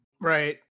right